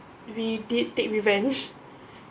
we did take revenge